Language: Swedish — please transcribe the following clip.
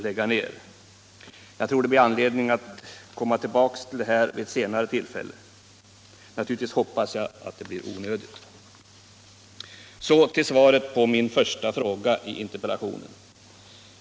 Jag tror att det kan bli anledning att komma tillbaka när det gäller dem vid senare tillfälle. Naturligtvis hoppas jag att det blir onödigt. Så till svaret på min första fråga i interpellationen.